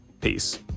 peace